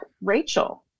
Rachel